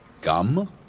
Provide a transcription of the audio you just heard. Gum